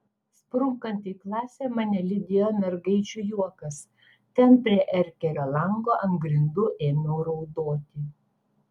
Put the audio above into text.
sprunkant į klasę mane lydėjo mergaičių juokas ten prie erkerio lango ant grindų ėmiau raudoti